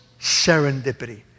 Serendipity